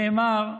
נאמר,